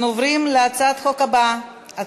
אנחנו עוברים להצעת החוק הבאה,